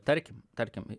tarkim tarkim